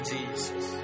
Jesus